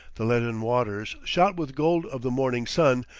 the leaden waters, shot with gold of the morning sun,